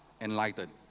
enlightened